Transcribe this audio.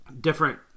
different